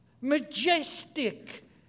majestic